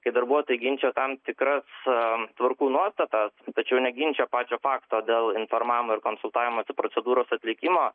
kai darbuotojai ginčijo tam tikras tvarkų nuostatas tačiau neginčijo pačio fakto dėl informavimo ir konsultavimosi procedūros atlikimo